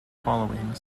following